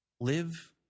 Live